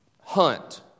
hunt